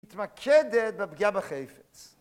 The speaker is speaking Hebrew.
מתמקדת בפגיעה בחפץ